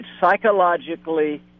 psychologically